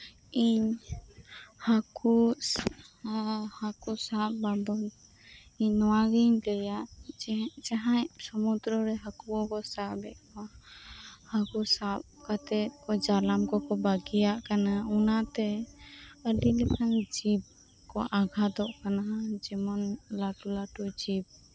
ᱤᱧ ᱦᱟᱠᱩ ᱥᱟᱵ ᱵᱟᱵᱚᱛ ᱤᱧ ᱱᱚᱣᱟᱜᱤᱧ ᱞᱟᱹᱭᱟ ᱡᱮ ᱡᱟᱦᱟᱸᱭ ᱥᱩᱢᱩᱫᱨᱚ ᱨᱮ ᱦᱟᱠᱩ ᱠᱩ ᱥᱟᱵᱮᱫ ᱠᱚᱣᱟ ᱦᱟᱠᱩ ᱥᱟᱵ ᱠᱟᱛᱮᱜ ᱡᱟᱞᱟᱱ ᱠᱚᱠᱚ ᱵᱟᱹᱜᱤᱭᱟᱫ ᱠᱟᱱᱟ ᱚᱱᱟᱛᱮ ᱟᱹᱰᱤᱞᱮᱠᱟᱱ ᱡᱤᱵ ᱠᱩ ᱟᱜᱷᱟᱛᱚᱜ ᱠᱟᱱᱟ ᱡᱮᱢᱚᱱ ᱞᱟᱹᱴᱩ ᱞᱟᱹᱴᱩ ᱡᱤᱵ